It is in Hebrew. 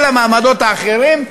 כל המעמדות האחרים,